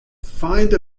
find